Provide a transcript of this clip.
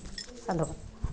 hello